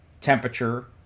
temperature